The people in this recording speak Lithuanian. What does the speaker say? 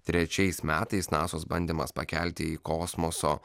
trečiais metais nasaos bandymas pakelti į kosmoso